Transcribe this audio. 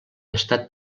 estat